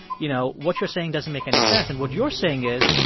you know, what you're saying doesn't make any sense. and what you're saying is,